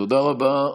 תודה רבה.